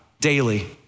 daily